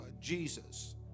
Jesus